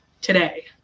today